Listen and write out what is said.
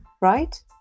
right